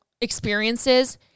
experiences